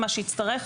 מה שיצטרך.